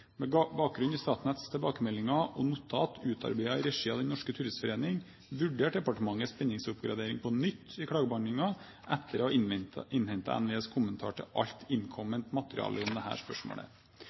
Med bakgrunn i Statnetts tilbakemeldinger og notat utarbeidet i regi av Den Norske Turistforening vurderte departementet spenningsoppgradering på nytt i klagebehandlingen, etter å ha innhentet NVEs kommentarer til alt